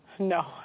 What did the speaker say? No